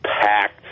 packed